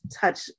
touch